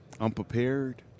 unprepared